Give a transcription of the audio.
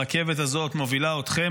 הרכבת הזאת מובילה אתכם,